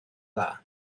dda